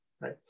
Right